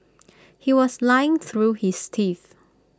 he was lying through his teeth